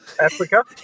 Africa